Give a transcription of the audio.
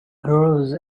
arose